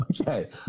Okay